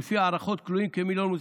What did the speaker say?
לפי הערכות כלואים שם כמיליון מוסלמים.